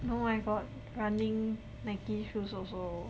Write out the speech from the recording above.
no I got running Nike shoes also